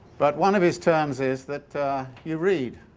but one of his terms is that you read,